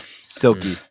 silky